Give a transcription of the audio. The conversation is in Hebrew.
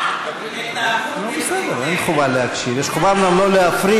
נו, בסדר, אין חובה להקשיב.